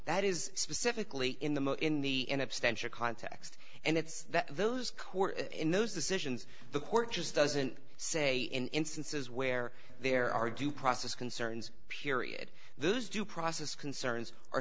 that is specifically in the in the end of stench of context and it's those court in those decisions the court just doesn't say in instances where there are due process concerns period those due process concerns are